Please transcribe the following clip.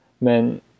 Men